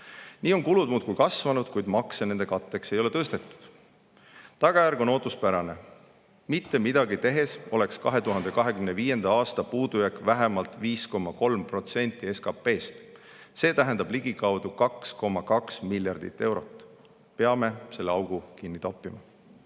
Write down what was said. Nii on kulud muudkui kasvanud, kuid makse nende katteks ei ole tõstetud. Tagajärg on ootuspärane. Mitte midagi tehes oleks 2025. aasta puudujääk vähemalt 5,3% SKP‑st. See tähendab ligikaudu 2,2 miljardit eurot. Peame selle augu kinni